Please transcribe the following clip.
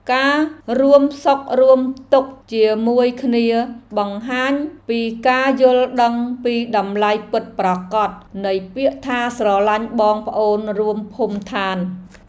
ការរួមសុខរួមទុក្ខជាមួយគ្នាបង្ហាញពីការយល់ដឹងពីតម្លៃពិតប្រាកដនៃពាក្យថាស្រឡាញ់បងប្អូនរួមភូមិឋាន។